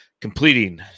completing